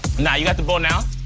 nah, you got the ball now.